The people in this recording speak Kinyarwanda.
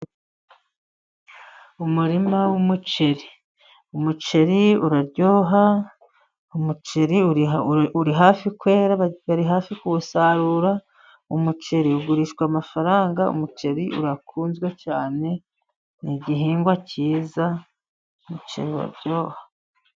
Umurima w'umuceri. Umuceri uraryoha, umuceri uri hafi kwera bari hafi kuwusarura. Umuceri ugurishwa amafaranga, umuceri urakunzwe cyane. Ni igihingwa cyiza, umuceri uraryoha.